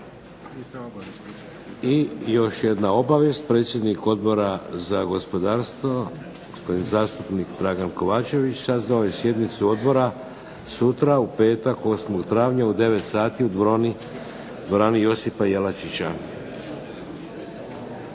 I još jedna obavijest, predsjednik Odbora za gospodarstvo gospodin zastupnik Dragan Kovačević sazvao je sjednicu odbora sutra u petak 8. travnja u 9,00 sati u dvorani Josipa Jelačića.